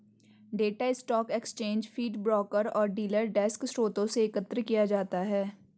data stock exchange feed, broker और dealer desk स्रोतों से एकत्र किया जाता है